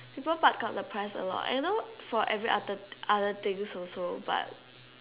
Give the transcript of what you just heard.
people buck up the price a lot and you know for every other other things also but